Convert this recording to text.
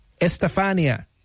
Estefania